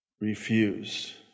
refuse